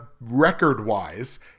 record-wise